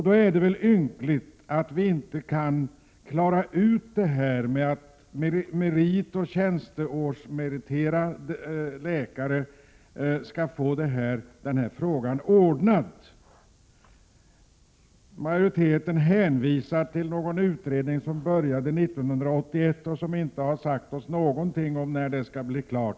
Då är det väl för ynkligt att vi inte kan klara ut detta med meritoch tjänsteårsreglerna för läkare. Majoriteten hänvisar till någon utredning som började 1981 och som inte har sagt oss någonting om när den skall bli klar.